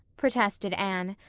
protested anne.